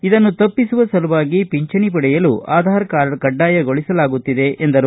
ಇದನ್ನು ತಪ್ಪಿಸುವ ಸಲುವಾಗಿ ಪಿಂಚಣಿ ಪಡೆಯಲು ಆಧಾರ್ ಕಾರ್ಡ್ ಕಡ್ಡಾಯಗೊಳಿಸಲಾಗುತ್ತಿದೆ ಎಂದರು